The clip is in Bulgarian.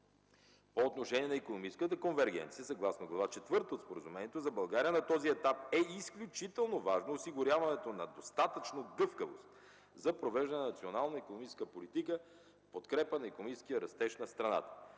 По отношение на икономическата конвергенция, съгласно Глава четвърта от Споразумението, за България на този етап е изключително важно осигуряването на достатъчно гавкавост за провеждане на национална икономическа политика в подкрепа на икономическия растеж на страната.